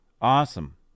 Awesome